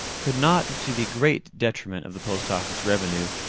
could not, to the great detriment of the post office revenue,